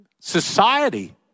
society